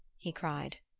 he cried.